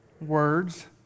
words